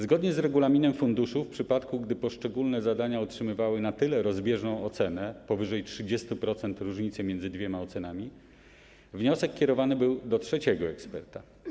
Zgodnie z regulaminem funduszu, w przypadku gdy poszczególne zadania otrzymywały na tyle rozbieżną ocenę, powyżej 30% różnicy pomiędzy dwiema ocenami, wniosek kierowany był do trzeciego eksperta.